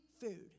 food